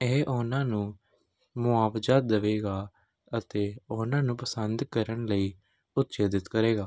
ਇਹ ਉਹਨਾਂ ਨੂੰ ਮੁਆਵਜ਼ਾ ਦੇਵੇਗਾ ਅਤੇ ਉਹਨਾਂ ਨੂੰ ਪਸੰਦ ਕਰਨ ਲਈ ਉਤੇਜਿਤ ਕਰੇਗਾ